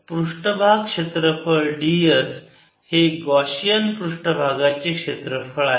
तर पृष्ठभाग क्षेत्रफळ ds हे गाशिअन पृष्ठभागाचे क्षेत्रफळ आहे